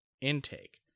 intake